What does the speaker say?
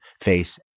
face